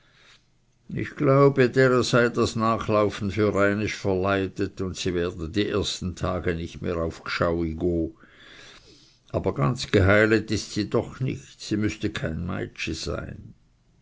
ich glaube dere sei das nachlaufe für einist verleidet und sie werde die ersten tage nicht mehr auf g'schaui ga aber ganz geheilet ist sie doch nicht sie müßte kein meitschi sein